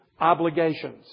obligations